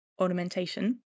ornamentation